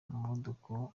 umuvuduko